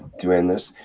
to end this?